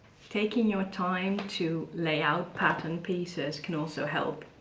taking your time to layout pattern pieces can also help.